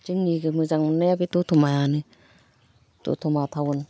जोंनि मोजां मोननाया बे द'तमायानो द'तमा टाउन